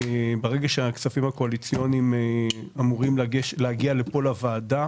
ברגע שהכספים הקואליציוניים אמורים להגיע לפה לוועדה,